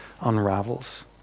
unravels